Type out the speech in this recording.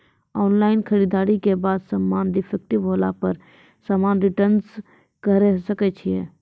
Online खरीददारी के बाद समान डिफेक्टिव होला पर समान रिटर्न्स करे सकय छियै?